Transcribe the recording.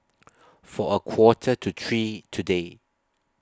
For A Quarter to three today